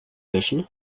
löschen